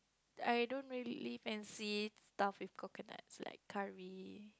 I don't really fancy stuff with coconut so like Curry